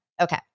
Okay